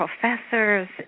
professors